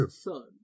son